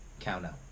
countout